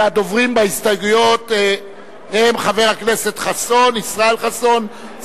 והדוברים בהסתייגויות הם חבר הכנסת ישראל חסון,